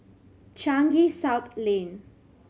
Changi South Lane